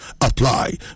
apply